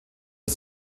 der